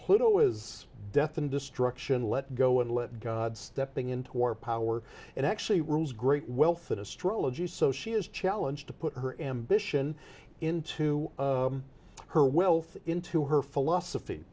pluto is death and destruction let go and let god stepping into our power and actually rules great wealth in astrology so she is challenge to put her ambition into her wealth into her philosophy